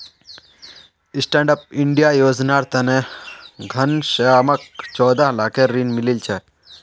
stand up India योजनार तने घनश्यामक चौदह लाखेर ऋण मिलील छ